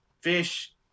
fish